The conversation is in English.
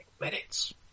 Minutes